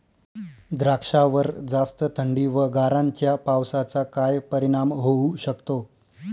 द्राक्षावर जास्त थंडी व गारांच्या पावसाचा काय परिणाम होऊ शकतो?